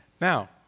Now